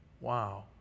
Wow